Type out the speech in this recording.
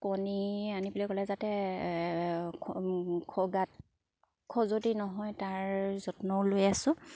কণী আনিবলে গ'লে যাতে গাত খজুৱতি নহয় তাৰ যত্নও লৈ আছোঁ